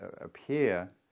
appear